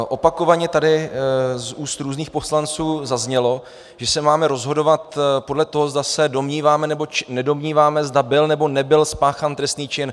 Opakovaně tady z úst různých poslanců zaznělo, že se máme rozhodovat podle toho, zda se domníváme nebo nedomníváme, zda byl nebo nebyl spáchán trestný čin.